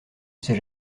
s’est